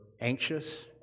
anxious